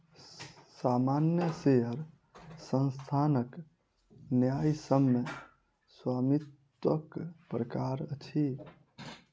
सामान्य शेयर संस्थानक न्यायसम्य स्वामित्वक प्रकार अछि